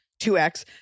2X